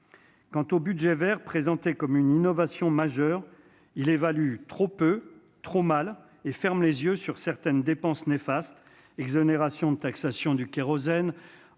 Quant au budget vers présenté comme une innovation majeure. Il évalue trop peu, trop mal et ferme les yeux sur certaines dépenses néfastes exonérations de taxation du kérosène